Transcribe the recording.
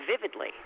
vividly